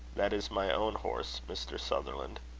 that is my own horse, mr. sutherland.